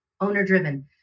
owner-driven